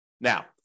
Now